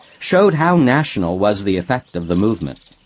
showed how national was the effect of the movement.